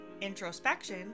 Introspection